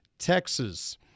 Texas